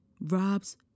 Robs